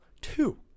Two